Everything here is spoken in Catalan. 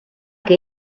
que